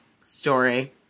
story